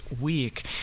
week